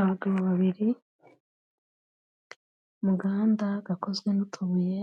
Abagabo babiri, mu gahanda gakozwe n'utubuye,